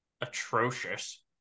atrocious